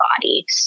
body